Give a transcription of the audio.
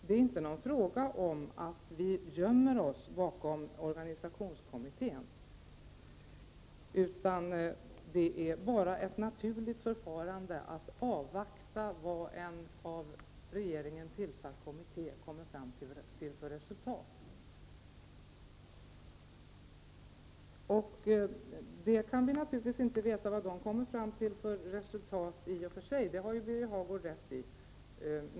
Det är inte fråga om att vi gömmer oss bakom organisationskommittén. Det är bara ett naturligt förfarande att avvakta det resultat som en av regeringen tillsatt kommitté kommer fram till. Vi kan naturligtvis inte veta vilket resultat kommittén kommer fram till, det har Birger Hagård rätt i.